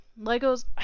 Legos